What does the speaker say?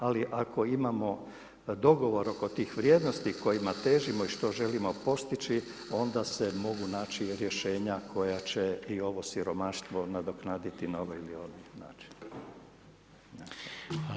Ali ako imamo dogovor oko tih vrijednosti kojima težimo i što želimo postići onda se mogu naći i rješenja koja će i ovo siromaštvo nadoknaditi na ovaj ili onaj način.